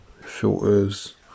Filters